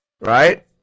Right